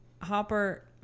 Hopper